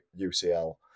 UCL